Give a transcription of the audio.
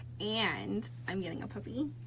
and i'm getting a puppy.